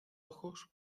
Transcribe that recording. ojos